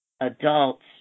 adults